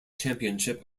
championship